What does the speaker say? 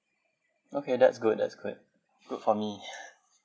okay that's good that's good good for me